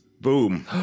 boom